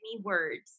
words